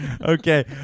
Okay